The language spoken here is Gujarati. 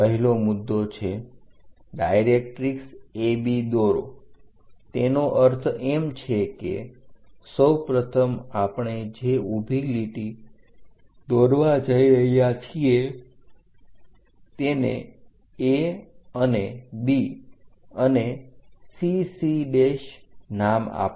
પહેલો મુદ્દો છે ડાઇરેક્ટરીક્ષ AB દોરો તેનો અર્થ એમ છે કે સૌપ્રથમ આપણે જે ઊભી લીટી દોરવા જઈ રહ્યા છીએ તેને A અને B અને CC નામ આપો